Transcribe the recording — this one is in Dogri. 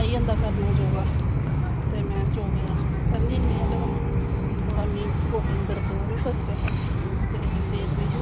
आई जंदा करना योगा ते में योगे दा करी लैन्नी आं हून थोह्ड़ा मिगी गोड्डें गी दर्द दा बी फर्क ऐ ते